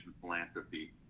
philanthropy